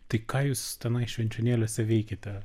tai ką jūs tenai švenčionėliuose veikiate